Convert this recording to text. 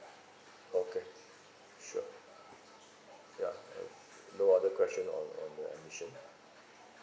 okay sure ya uh no other question on on the admission